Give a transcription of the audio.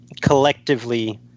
collectively